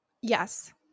Yes